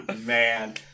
Man